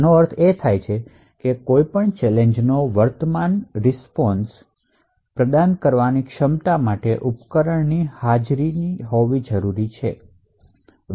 આનો અર્થ એ છે કે કોઈ ચેલેન્જ નો વર્તમાન રીસ્પોન્શ પ્રદાન કરવાની ક્ષમતા માટે ઉપકરણની હાજરીની જરૂર હોવી જોઈએ